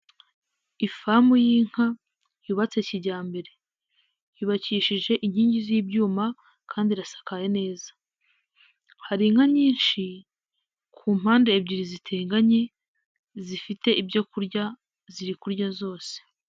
Ifamu y'inka yubatse kijyambere, yubakishije inkingi z'ibyuma kandi irasakaye neza, hari inka nyinshi, ku mpande ebyiri ziteganye, zifite ibyo kurya, ziri kurya zose.